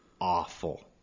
awful